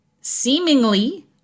seemingly